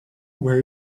where